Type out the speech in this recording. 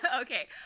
Okay